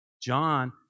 John